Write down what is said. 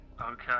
Okay